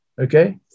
okay